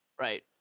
Right